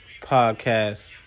podcast